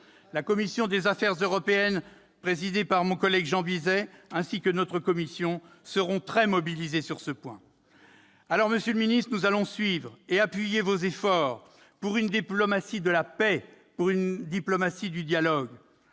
La commission des affaires européennes, présidée par mon collègue Jean Bizet, ainsi que notre commission seront pleinement mobilisées à ce titre. Très bien ! Monsieur le ministre, nous allons suivre et appuyer vos efforts pour une diplomatie de la paix, pour une diplomatie du dialogue.